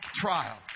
trial